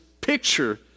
picture